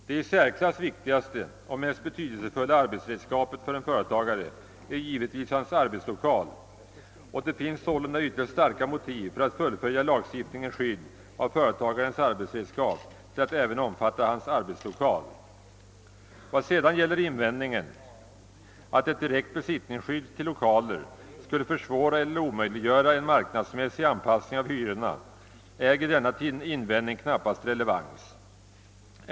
Det i särklass viktigaste och mest betydelsefulla arbetsredskapet för en företagare är givetvis hans arbetslokal, och det finns sålunda ytterst starka motiv för att utsträcka lagstiftningens skydd av företagarens arbetsredskap till att även omfatta hans arbetslokal. Vad sedan gäller invändningen, att ett direkt besittningsskydd till lokaler skulle försvåra eller omöjliggöra en marknadsmässig anpassning av hyrorna, äger denna invändning knappast relevans.